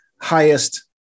highest